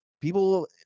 people